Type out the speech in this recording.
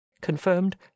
confirmed